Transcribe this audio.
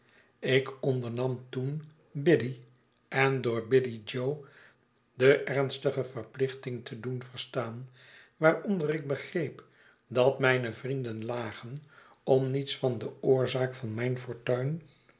ik ondernam toen biddy en door biddy jo de ernstige verplichting te doen verstaan waaronder ik begreep dat mijne vrienden lagen om niets van de oorzaak van mijn fortuin